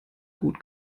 gut